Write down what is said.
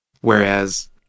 whereas